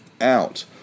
out